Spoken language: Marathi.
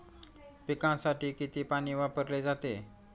पिकांसाठी किती पाणी वापरले जाते?